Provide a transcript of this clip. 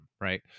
right